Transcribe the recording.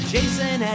Jason